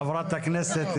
רגע, חברת הכנסת.